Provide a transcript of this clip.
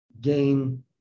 gain